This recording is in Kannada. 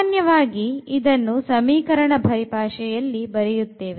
ಸಾಮಾನ್ಯವಾಗಿ ಇದನ್ನು ಸಮೀಕರಣ ಪರಿಭಾಷೆಯಲ್ಲಿ ಬರೆಯುತ್ತೇನೆ